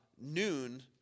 noon